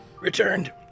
returned